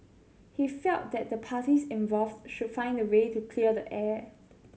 he felt that the parties involved should find a way to clear the air